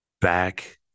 back